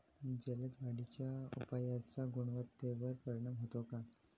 जलद वाढीच्या उपायाचा गुणवत्तेवर परिणाम होतो का?